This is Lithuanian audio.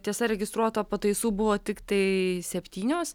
tiesa registruota pataisų buvo tiktai septynios